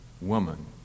woman